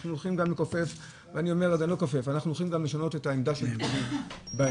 אנחנו הולכים גם לשנות את העמדה של פקידים בנושא.